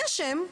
מי אשם?